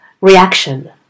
reaction